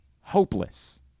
hopeless